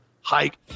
hike